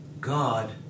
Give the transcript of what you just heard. God